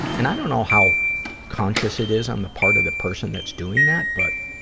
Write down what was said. and i don't know how conscious it is on the part of the person that's doing that, but,